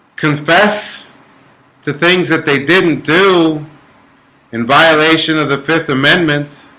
confess to things that they didn't do in violation of the fifth amendment